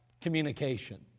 communication